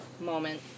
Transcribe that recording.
moment